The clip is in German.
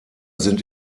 sind